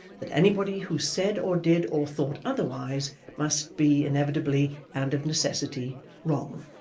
that anybody who said or did or thought otherwise must be inevitably and of necessity wrong.